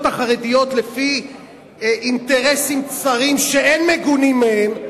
החרדיות לפי אינטרסים צרים שאין מגונים מהם,